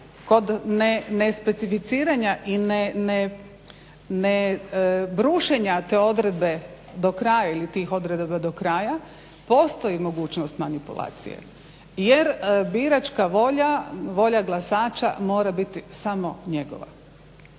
kod nespecificiranja i ne brušenja tih odredaba do kraja postoji mogućnost manipulacije jer biračka volja, volja glasača mora biti samo njegova